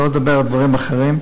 שלא לדבר על דברים אחרים.